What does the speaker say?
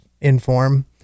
inform